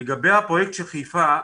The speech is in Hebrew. לגבי הפרויקט של חיפה,